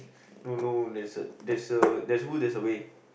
no no there's a there's a there's a will there's a way